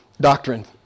doctrine